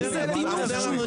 אני אומר לך